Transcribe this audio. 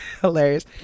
hilarious